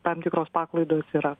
tam tikros paklaidos yra